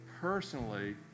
personally